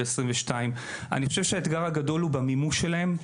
אני חושב שהאתגר הגדול הוא בהמשך המימוש שלהן.